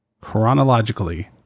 chronologically